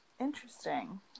Interesting